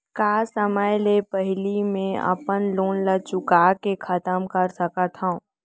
का समय ले पहिली में अपन लोन ला चुका के खतम कर सकत हव?